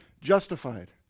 justified